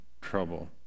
trouble